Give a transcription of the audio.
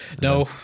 No